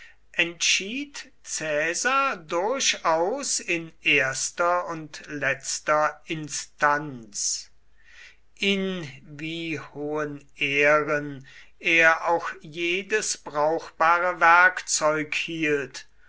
entschied caesar durchaus in erster und letzter instanz in wie hohen ehren er auch jedes brauchbare werkzeug hielt